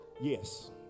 Yes